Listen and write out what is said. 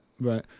right